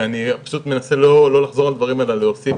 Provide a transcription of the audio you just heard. ואני מנסה לא לחזור על דברים אלא להוסיף